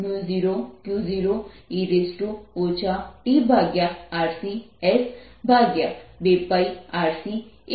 જે Bdis 0Q0e tRC s2πRC a2 છે